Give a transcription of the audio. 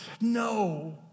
No